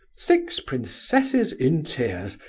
six princesses in tears,